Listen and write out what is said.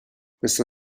questa